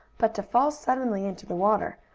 but to fall suddenly into the water,